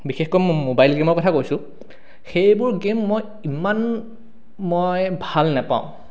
বিশেষকৈ মই ম'বাইল গেমৰ কথা কৈছোঁ সেইবোৰ গেম মই ইমান মই ভাল নেপাওঁ